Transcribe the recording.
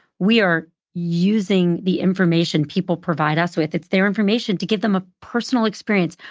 we are using the information people provide us with, it's their information, to give them a personal experience.